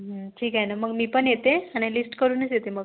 ठीक आहे ना मग मी पण येते आणि लिस्ट करूनच येते मग